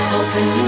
open